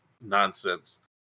nonsense